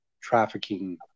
trafficking